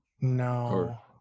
no